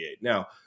Now